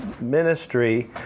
ministry